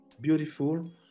beautiful